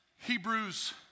Hebrews